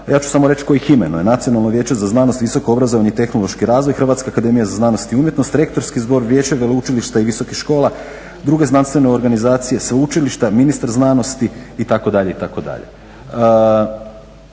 ja ću samo reći tko ih imenuje, Nacionalno vijeće za znanosti i visoko obrazovanje i tehnološki razvoj Hrvatske akademije za znanost i umjetnost, rektorski zbor, Vijeće veleučilišta i visokih škola, druge znanstvene organizacije, sveučilišta, ministar znanosti itd.